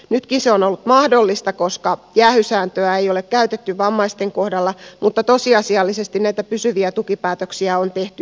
nytkin se on ollut mahdollista koska jäähysääntöä ei ole käytetty vammaisten kohdalla mutta tosiasiallisesti näitä pysyviä tukipäätöksiä on tehty hyvin vähän